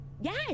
Yes